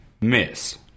Miss